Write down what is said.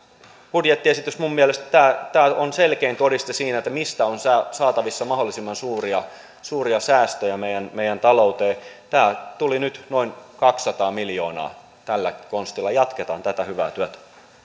budjettiesitys minun mielestäni on selkein todiste siitä mistä on saatavissa mahdollisimman suuria suuria säästöjä meidän meidän talouteen tällä konstilla tuli nyt noin kaksisataa miljoonaa jatketaan tätä hyvää työtä